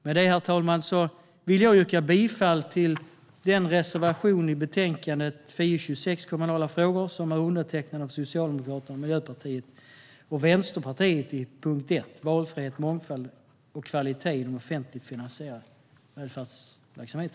Med det, herr talman, vill jag yrka bifall till den reservation i betänkande FiU26 Kommunala frågor som är undertecknad av Socialdemokraterna, Miljöpartiet och Vänsterpartiet: reservation 1, Valfrihet, mångfald och kvalitet inom offentligt finansierade välfärdsverksamheter.